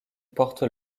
porte